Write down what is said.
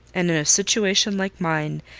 and in a situation like mine,